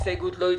מי נמנע?